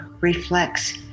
reflects